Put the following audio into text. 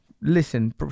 Listen